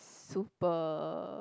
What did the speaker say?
super